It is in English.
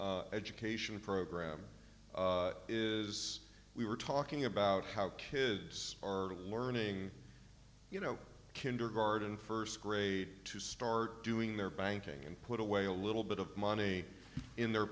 education program is we were talking about how kids are learning you know kindergarten first grade to start doing their banking and put away a little bit of money in their